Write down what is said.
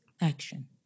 action